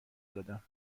دادم